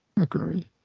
Agree